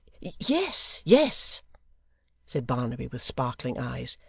yes yes said barnaby, with sparkling eyes.